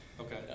Okay